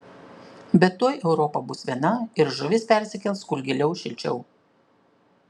bet tuoj europa bus viena ir žuvis persikels kur giliau šilčiau